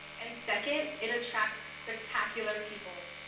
and second, it attracts spectacular people.